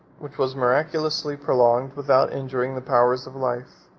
which was miraculously prolonged without injuring the powers of life,